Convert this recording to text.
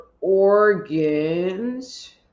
organs